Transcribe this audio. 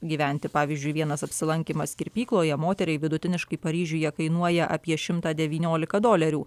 gyventi pavyzdžiui vienas apsilankymas kirpykloje moteriai vidutiniškai paryžiuje kainuoja apie šimtą devyniolika dolerių